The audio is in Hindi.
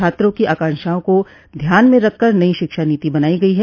छात्रों की आकांक्षाओं को ध्यान में रखकर नई शिक्षा नीति बनाई गई है